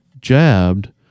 jabbed